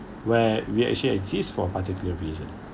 where we actually exist for particular reason